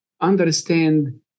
understand